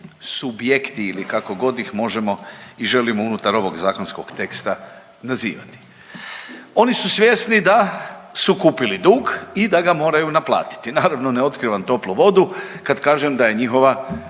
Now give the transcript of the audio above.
subjekti ili kakogod ih možemo i želimo unutar ovog zakonskog teksta nazivati. Oni su svjesni da su kupili dug i da ga moraju naplatiti. Naravno ne otkrivam toplu vodu kad kažem da je njihova